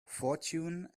fortune